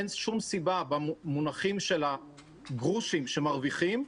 אין שום סיבה במונחים של הגרושים שמרוויחים,